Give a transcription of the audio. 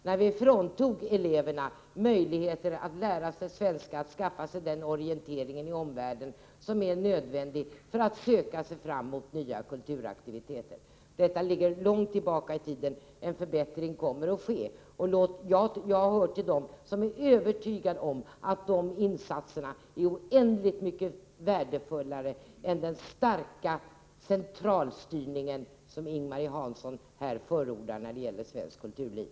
Där fråntog vi eleverna möjligheter att lära sig svenska, att skaffa sig den orientering i omvärlden som är nödvändig för att söka sig fram till nya kulturaktiviteter. Detta ligger långt tillbaka i tiden. En förbättring kommer att ske. Jag hör till dem som är övertygade om att dessa insatser är oändligt mycket mera värdefulla än den starka centralstyrning som Ing Marie Hansson förordar när det gäller svenskt kulturliv.